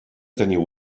teniu